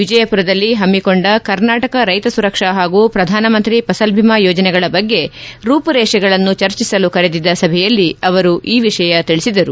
ವಿಜಯಪುರದಲ್ಲಿ ಹಮ್ಮಿಕೊಂಡ ಕರ್ನಾಟಕ ರೈತ ಸುರಕ್ಷಾ ಹಾಗೂ ಪ್ರಧಾನಮಂತ್ರಿ ಫಸಲ ಬಿಮಾ ಯೋಜನೆಗಳ ಬಗ್ಗೆ ರೂಪುರೇಷೆಗಳನ್ನು ಚರ್ಚಿಸಲು ಕರೆದಿದ್ದ ಸಭೆಯಲ್ಲಿ ಅವರು ಈ ವಿಷಯ ತಿಳಿಸಿದರು